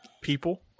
people